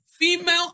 Female